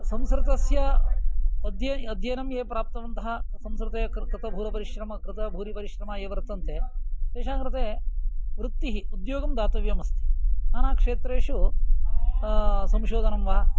संस्कृतस्य अध्ययनं ये प्राप्तवन्तः संस्कृते कृतभूरिपरिश्रमः ये वर्तन्ते तेषाङ्कृते वृत्तिः उद्योगं दातव्यम् अस्ति नानाक्षेत्रेषु संशोधनं वा